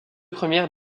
premières